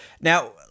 now